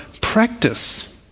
practice